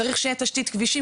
צריך שתהיה תשתית כבישים,